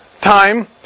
time